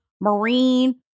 marine